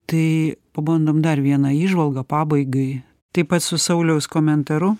tai pabandom dar vieną įžvalgą pabaigai taip pat su sauliaus komentaru